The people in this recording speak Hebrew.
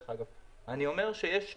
אני אומר שיש מחירים.